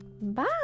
Bye